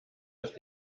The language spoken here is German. ist